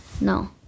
No